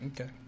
Okay